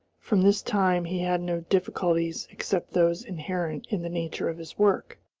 from this time he had no difficulties except those inherent in the nature of his work,